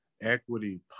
Equity